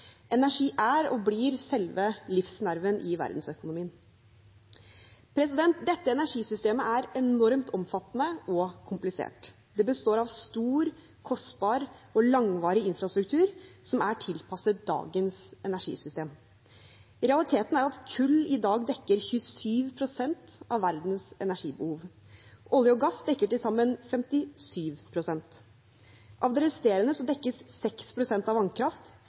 energi. Energi er og blir selve livsnerven i verdensøkonomien. Dette energisystemet er enormt omfattende og komplisert. Det består av stor, kostbar og langvarig infrastruktur som er tilpasset dagens energisystem. Realiteten er at kull i dag dekker 27 pst. av verdens energibehov. Olje og gass dekker til sammen 57 pst. Av det resterende dekkes 6 pst. av vannkraft,